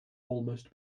almost